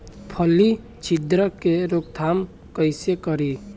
फली छिद्रक के रोकथाम कईसे करी?